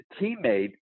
teammate